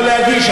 הוא יכול להגיש,